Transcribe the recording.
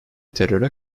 teröre